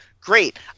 great